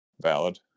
Valid